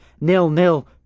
nil-nil